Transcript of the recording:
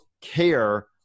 care